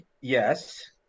Yes